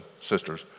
sisters